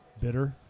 Bitter